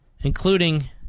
Including